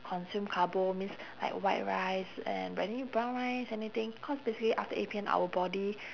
consume carbo means like white rice and any brown rice anything cause basically after eight P M our body